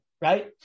Right